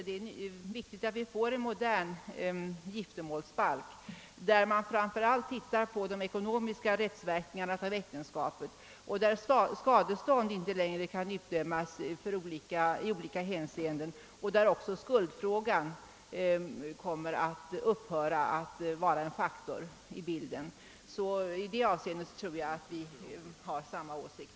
Det är viktigt att vi får en modern giftermålsbalk, som omprövar de ekonomiska rättsverkningarna och där skadestånd inte längre kan utdömas i olika hänseenden. Skuldfrågan måste också upphöra att tillmätas betydelse. Även i det avseendet tror jag att vi har samma åsikt.